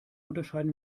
unterscheiden